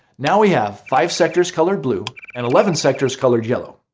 now we have five sectors colored blue and eleven sectors colored yellow.